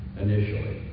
initially